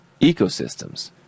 ecosystems